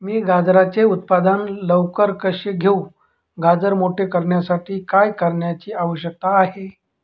मी गाजराचे उत्पादन लवकर कसे घेऊ? गाजर मोठे करण्यासाठी काय करण्याची आवश्यकता आहे?